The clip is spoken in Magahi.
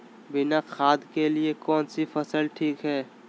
बिना खाद के लिए कौन सी फसल ठीक है?